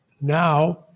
now